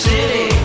City